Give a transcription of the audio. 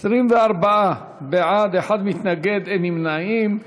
24 בעד, אחד מתנגד, אין נמנעים.